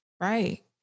Right